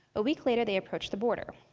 a week later, they approached the border.